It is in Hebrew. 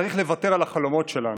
צריך לוותר על החלומות שלנו.